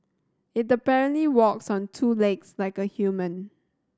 it apparently walks on two legs like a human